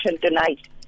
tonight